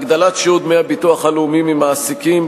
הגדלת שיעור דמי הביטוח הלאומי ממעסיקים,